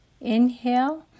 Inhale